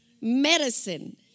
Medicine